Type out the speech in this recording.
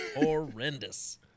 horrendous